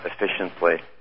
efficiently